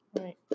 Right